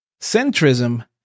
Centrism